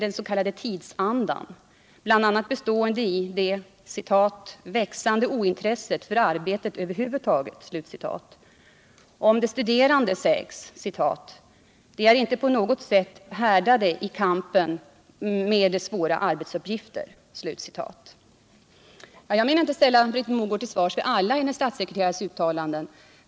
”Den s.k. tidsandan”, bl.a. bestående i ”det växande ointresset för arbete över huvud taget”. Om de studerande sägs: ”De är på något sätt inte härdade i kampen med svåra arbetsuppgifter.” Jag vill inte ställa Britt Mogård till svars för alla uttalanden av hennes statssekreterare.